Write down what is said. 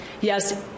Yes